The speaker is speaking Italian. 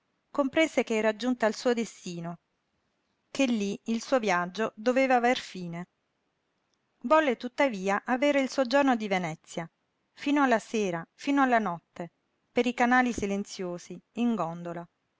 comprese che era giunta al suo destino che lí il suo viaggio doveva aver fine volle tuttavia avere il suo giorno di venezia fino alla sera fino alla notte per i canali silenziosi in gondola